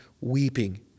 weeping